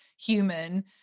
human